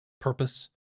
purpose